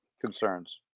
concerns